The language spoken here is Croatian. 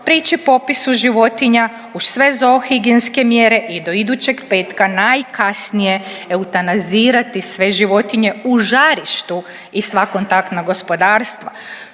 prići popisu životinja … higijenske mjere i do idućeg petka najkasnije eutanazirati sve životinje u žarištu i sva kontaktna gospodarstva.